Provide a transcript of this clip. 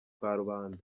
karubanda